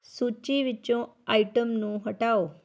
ਸੂਚੀ ਵਿੱਚੋਂ ਆਈਟਮ ਨੂੰ ਹਟਾਓ